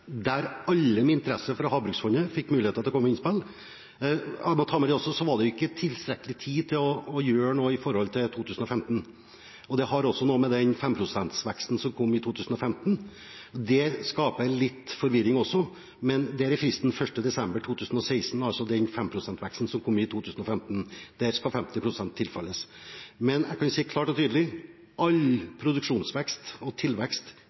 der alle med interesse for havbruksfondet fikk mulighet til å komme med innspill – jeg må ta med det også – så var det ikke tilstrekkelig med tid til å gjøre noe med det for 2015. Det har også noe med 5 pst.-veksten som kom i 2015 å gjøre. Det skaper også litt forvirring, men der er altså fristen 1. desember 2016 for den 5 pst.-veksten som kom i 2015, og der skal 50 pst. tilfalles. Men jeg kan si klart og tydelig: All produksjonsvekst og tilvekst